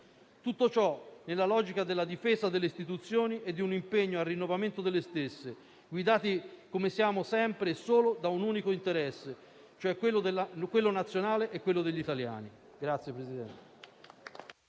Tutto ciò nella logica della difesa delle Istituzioni e di un impegno al rinnovamento delle stesse, guidati, come siamo sempre, solo da un unico interesse, quello nazionale e quello degli italiani.